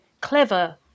clever